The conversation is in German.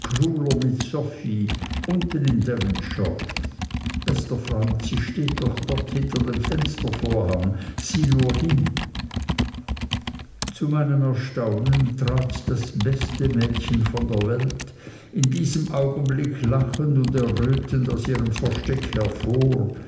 mit sophie unten in devonshire bester freund sie steht doch dort hinter dem fenstervorhang sieh nur hin zu meinem erstaunen trat das beste mädchen der welt in diesem augenblick lachend und errötend aus ihrem versteck hervor